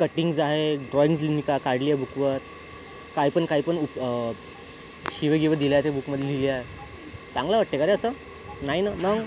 cuttings आहे drawings लिनका काढली आहे बुकवर काही पण काय पण ऊ शिव्या गिव्या दिल्या आहे त्या बुकमध्ये लिहिल्या आहे चांगलं वाटते कारे असं नाही ना मग